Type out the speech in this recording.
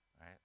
right